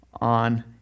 on